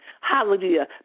Hallelujah